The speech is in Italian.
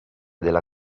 della